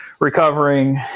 recovering